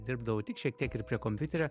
dirbdavau tik šiek tiek ir prie kompiuterio